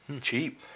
cheap